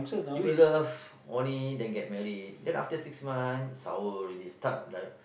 you love only then get married then after six month sour already start like